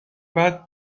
bad